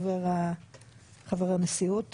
חבר הנשיאות